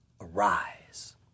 arise